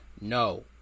No